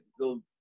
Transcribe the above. go